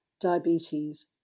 diabetes